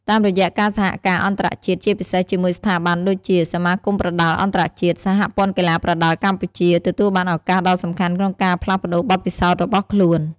តាមរយៈការសហការអន្តរជាតិ ជាពិសេសជាមួយស្ថាប័នដូចជា សមាគមប្រដាល់អន្តរជាតិ សហព័ន្ធកីឡាប្រដាល់កម្ពុជា ទទួលបានឱកាសដ៏សំខាន់ក្នុងការផ្លាស់ប្ដូរបទពិសោធន៍របស់ខ្លួន។